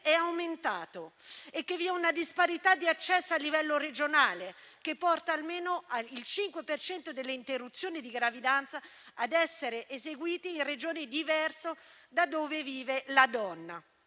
è aumentato e che vi è una disparità di accesso a livello regionale, che porta almeno il 5 per cento delle interruzioni di gravidanza a essere eseguite in Regioni diverse da quella dove vive la donna.